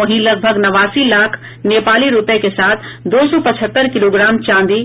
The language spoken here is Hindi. वहीं लगभग नवासी लाख नेपाली रूपये के साथ दो सौ पचहत्तर किलोग्राम चांदी